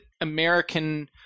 American